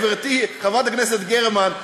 גברתי חברת הכנסת גרמן,